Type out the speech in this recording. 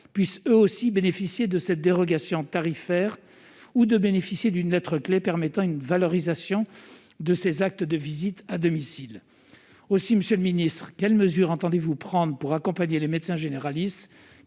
puissent eux aussi bénéficier de cette dérogation tarifaire ou de bénéficier d'une lettre-clé permettant une valorisation de ces actes de visites à domicile aussi Monsieur le Ministre : quelles mesures entendez-vous prendre pour accompagner les médecins généralistes